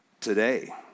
today